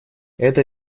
это